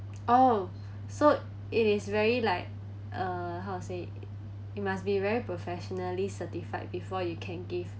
oh so it is very like uh how to say it must be very professionally certified before you can give